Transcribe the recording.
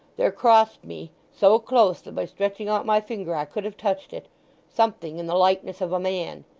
there crossed me so close, that by stretching out my finger i could have touched it something in the likeness of a man.